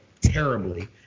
terribly